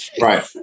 Right